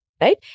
right